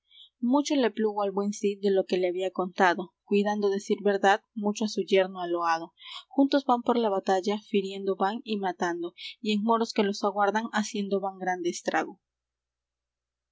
mucho le plugo al buen cid de lo que le había contado cuidando decir verdad mucho á su yerno ha loado juntos van por la batalla firiendo van y matando y en moros que los aguardan haciendo van grande estrago